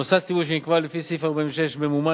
מוסד ציבורי שנקבע לפי סעיף 46 ממומן